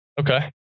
Okay